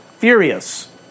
Furious